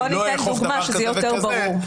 אני לא אאכוף דבר כזה וכזה,